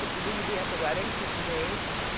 ah will you be at the wedding, she's engaged.